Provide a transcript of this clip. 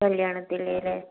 കല്യാണത്തില്ലേല്ലെ